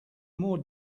more